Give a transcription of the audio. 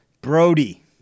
Brody